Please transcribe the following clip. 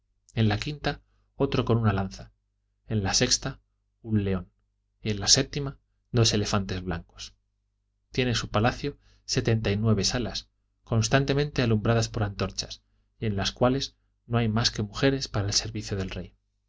en la quinta otro con una lanza en la sexta un león y en la séptima dos elefantes blancos tiene su palacio setenta y nueve salas constantemente alumbradas por antorchas y en las cuales no hay más que mujeres para el servicio del rey